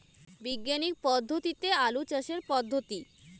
বিজ্ঞানিক পদ্ধতিতে আলু চাষের পদ্ধতি?